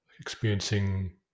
Experiencing